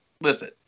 Listen